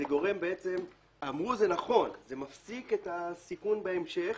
אמרו נכון, זה מפסיק את הסיכון בהמשך.